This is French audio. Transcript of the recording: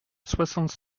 soixante